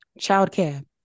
Childcare